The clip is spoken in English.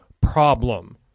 problem